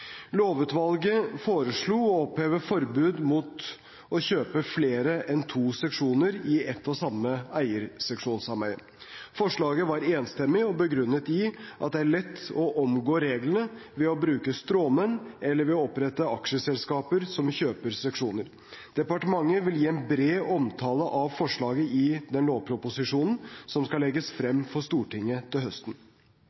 Lovutvalget foreslo å oppheve forbud mot å kjøpe flere enn to seksjoner i ett og samme eierseksjonssameie. Forslaget var enstemmig og begrunnet i at det er lett å omgå reglene ved å bruke stråmenn eller ved å opprette aksjeselskaper som kjøper seksjoner. Departementet vil gi en bred omtale av forslaget i den lovproposisjonen som skal legges frem